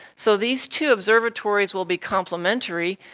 so these two observatories will be complimentary.